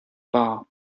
war